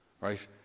Right